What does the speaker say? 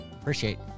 Appreciate